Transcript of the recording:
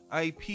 IP